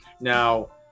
Now